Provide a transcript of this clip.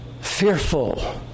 fearful